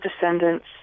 descendants